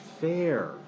fair